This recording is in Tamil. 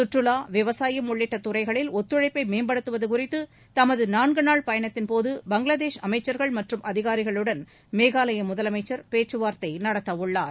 கற்றுலா விவசாயம் உள்ளிட்ட துறைகளில் ஒத்துழைப்பை மேம்படுத்துவது குறித்து தமது நான்கு நாள் பயணத்தின்போது பங்களாதேஷ் அமைச்சர்கள் மற்றும் அதிகாரிகளுடன் மேகாலய முதலமைச்சர் பேச்சுவார்த்தை நடத்தவுள்ளார்